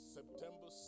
September